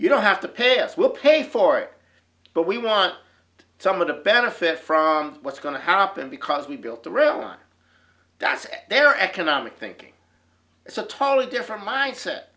you don't have to pay us we'll pay for it but we want some of the benefit from what's going to happen because we built the rail line that's their economic thinking it's a totally different mindset